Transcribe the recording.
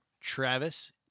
Travis